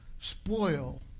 Spoil